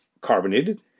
carbonated